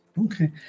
Okay